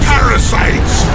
Parasites